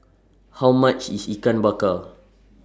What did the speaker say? How much IS Ikan Bakar